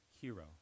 hero